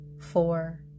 Four